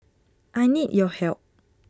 I need your help